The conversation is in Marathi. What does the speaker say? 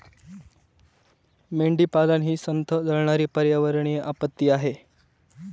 मेंढीपालन ही संथ जळणारी पर्यावरणीय आपत्ती आहे